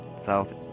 South